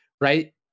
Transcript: Right